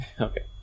Okay